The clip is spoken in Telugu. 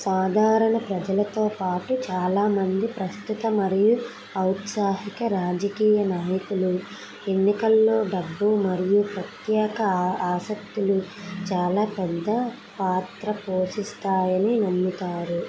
సాధారణ ప్రజలతో పాటు చాలా మంది ప్రస్తుత మరియు ఔత్సాహిక రాజకీయ నాయకులు ఎన్నికల్లో డబ్బు మరియు ప్రత్యేక ఆసక్తులు చాలా పెద్ద పాత్ర పోషిస్తాయని నమ్ముతారు